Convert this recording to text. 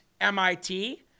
MIT